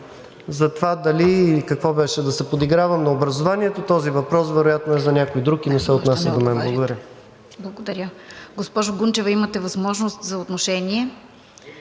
за това дали... какво беше, да се подигравам на образованието, този въпрос вероятно е за някой друг и не се отнася до мен. Благодаря. ПРЕДСЕДАТЕЛ РОСИЦА КИРОВА: Благодаря. Госпожо Гунчева, имате възможност за отношение.